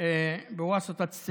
במקום לאשר